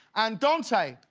and dante.